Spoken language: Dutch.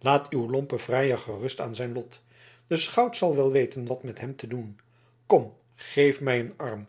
laat uw lompen vrijer gerust aan zijn lot de schout zal wel weten wat met hem te doen kom geef mij een arm